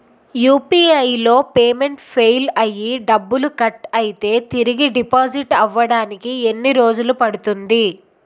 UPI లో payment fail అయ్యి డబ్బులు కట్ అయితే తిరిగి డిపాజిట్ అవ్వడానికి ఎన్ని రోజులు పడుతుంది?